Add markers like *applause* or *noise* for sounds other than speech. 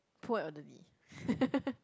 poor elderly *laughs*